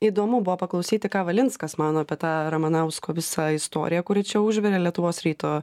įdomu buvo paklausyti ką valinskas mano apie tą ramanausko visą istoriją kuri čia užvirė lietuvos ryto